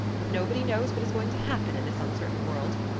but nobody knows what is going to happen in this uncertain world,